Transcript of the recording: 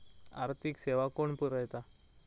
आर्थिक सेवा कोण पुरयता?